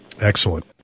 excellent